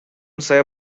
saya